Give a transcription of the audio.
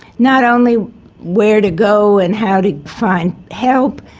not only where to go and how to find help,